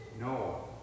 No